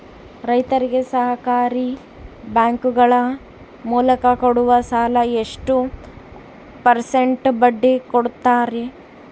ರೈತರಿಗೆ ಸಹಕಾರಿ ಬ್ಯಾಂಕುಗಳ ಮೂಲಕ ಕೊಡುವ ಸಾಲ ಎಷ್ಟು ಪರ್ಸೆಂಟ್ ಬಡ್ಡಿ ಕೊಡುತ್ತಾರೆ?